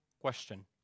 question